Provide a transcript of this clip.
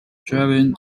driving